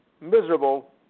miserable